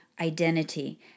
identity